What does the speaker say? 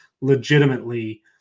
legitimately